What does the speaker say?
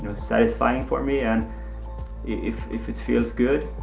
ah satisfying for me, and if if it feels good,